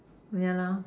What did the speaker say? ya lah